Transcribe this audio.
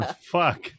Fuck